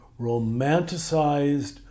romanticized